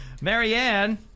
Marianne